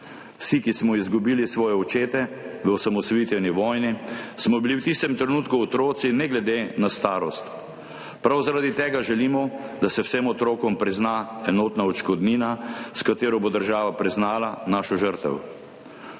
Vsi, ki smo izgubili svoje očete v osamosvojitveni vojni, smo bili v tistem trenutku otroci ne glede na starost. Prav zaradi tega želimo, da se vsem otrokom prizna enotna odškodnina, s katero bo država priznala našo žrtev.